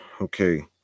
okay